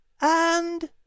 And